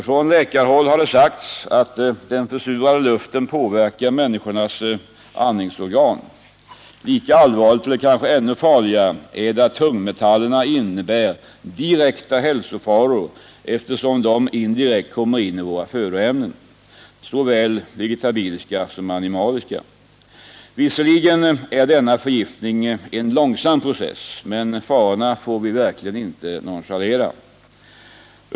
Från läkarhåll har det sagts att den försurade luften påverkar människans andningsorgan. Lika allvarligt eller kanske ännu allvarligare är att tungmetallerna innebär direkta hälsofaror, eftersom de indirekt kommer in i våra födoämnen, såväl vegetabiliska som animaliska. Visserligen sker denna förgiftning i en långsam process, men farorna får verkligen inte nonchaleras.